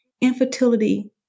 infertility